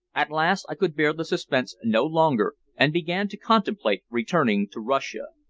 at last i could bear the suspense no longer, and began to contemplate returning to russia.